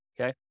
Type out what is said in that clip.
Okay